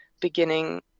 beginning